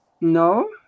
No